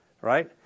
Right